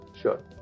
sure